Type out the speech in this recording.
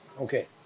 Okay